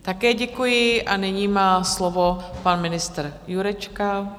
Také děkuji a nyní má slovo pan ministr Jurečka.